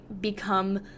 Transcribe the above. become